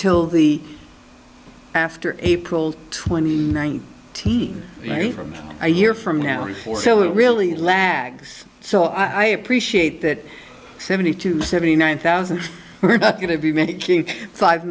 till the after april twenty ninth new from a year from now or so it really lags so i appreciate that seventy two seventy nine thousand we're not going to be making five